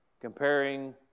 comparing